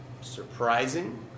surprising